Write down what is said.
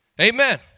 Amen